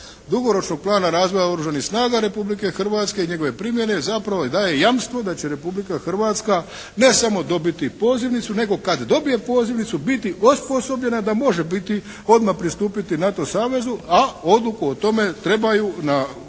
dugoročnog plana razvoja Oružanih snaga Republike Hrvatske i njegove primjene zapravo i daje jamstvo da će Republika Hrvatska ne samo dobiti pozivnicu, nego kad dobije pozivnicu biti osposobljena da može biti odmah pristupiti NATO savezu, a odluku o tome trebaju na